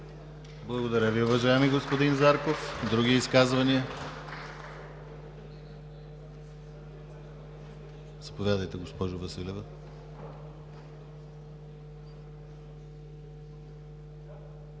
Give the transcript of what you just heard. Благодаря Ви, уважаеми господин Зарков! Други изказвания? Заповядайте, госпожо Василева.